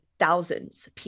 thousands